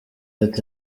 ati